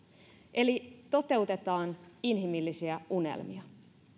eli toteutetaan inhimillisiä unelmia